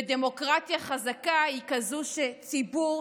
ודמוקרטיה חזקה היא כזו שבה ציבור,